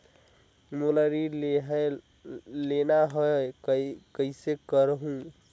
मोला ऋण लेना ह, कइसे करहुँ?